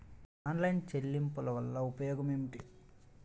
Online చెల్లింపుల వల్ల ఉపయోగమేమిటీ?